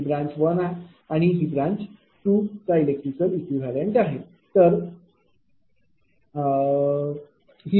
ही branch 1 आणि 2 चा electrical equivalent आहे